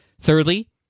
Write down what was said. Thirdly